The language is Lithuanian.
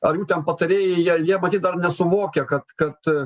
ar jų ten patarėjai jie jie matyt dar nesuvokia kad kad